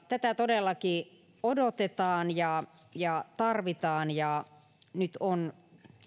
tätä todellakin odotetaan ja ja tarvitaan ja nyt on